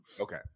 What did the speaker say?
Okay